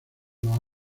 los